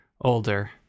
older